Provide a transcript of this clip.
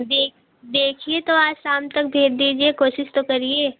देख देखिए तो आज शाम तक भेज दीजिए कोशिश तो करिए